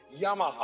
Yamaha